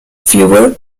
fewer